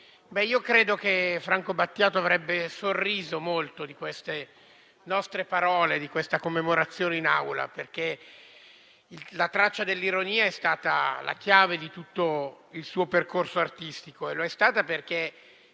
credo che Franco Battiato avrebbe sorriso molto delle nostre parole, di questa commemorazione in Aula perché la traccia dell'ironia è stata la chiave di tutto il suo percorso artistico. Lo è stata perché